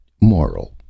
Moral